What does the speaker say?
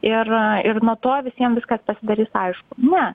ir ir nuo to visiem viskas pasidarys aišku ne